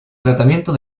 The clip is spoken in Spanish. tratamiento